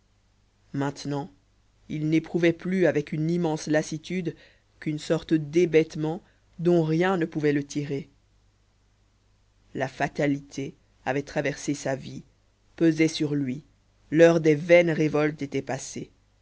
maintenant il n'éprouvait plus avec une immense lassitude qu'une sorte d'hébétement dont rien ne pouvait le tirer la fatalité avait traversé sa vie pesait sur lui l'heure des vaines révoltes était passée